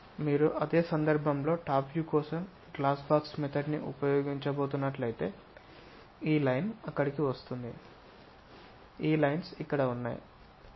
మీరు అదే సందర్భంలో టాప్ వ్యూ కోసం గ్లాస్ బాక్స్ పద్ధతిని ఉపయోగించబోతున్నట్లయితే ఈ లైన్ అక్కడకు వస్తుంది ఈ లైన్స్ ఇక్కడ ఉన్నాయి